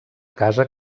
casa